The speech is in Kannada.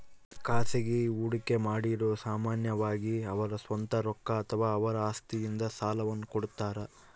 ಖಾಸಗಿ ಹೂಡಿಕೆಮಾಡಿರು ಸಾಮಾನ್ಯವಾಗಿ ಅವರ ಸ್ವಂತ ರೊಕ್ಕ ಅಥವಾ ಅವರ ಆಸ್ತಿಯಿಂದ ಸಾಲವನ್ನು ಕೊಡುತ್ತಾರ